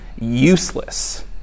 useless